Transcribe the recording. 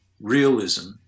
realism